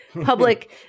public